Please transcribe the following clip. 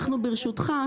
ברשותך,